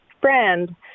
friend